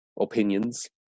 opinions